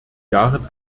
jahren